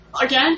again